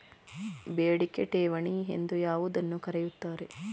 ಬೇಡಿಕೆ ಠೇವಣಿ ಎಂದು ಯಾವುದನ್ನು ಕರೆಯುತ್ತಾರೆ?